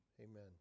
Amen